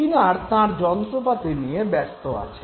Skinner তাঁর যন্ত্রপাতি নিয়ে ব্যস্ত আছেন